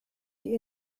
die